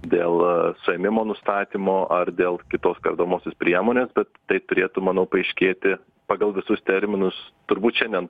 dėl suėmimo nustatymo ar dėl kitos kardomosios priemonės bet tai turėtų manau paaiškėti pagal visus terminus turbūt šiandien